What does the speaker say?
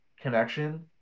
connection